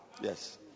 Yes